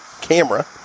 camera